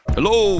Hello